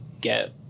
get